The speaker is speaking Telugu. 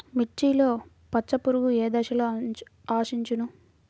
మిర్చిలో పచ్చ పురుగు ఏ దశలో ఆశించును?